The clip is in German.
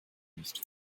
nicht